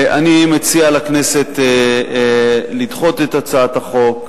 אני מציע לכנסת לדחות את הצעת החוק.